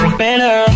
better